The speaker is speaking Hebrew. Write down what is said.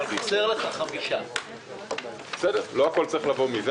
אבל חסר לך 5. לא הכול צריך לבוא מזה.